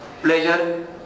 pleasure